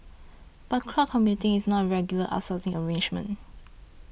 but cloud computing is not a regular outsourcing arrangement